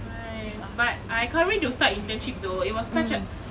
!hais! but I can't wait to start internship though it was such a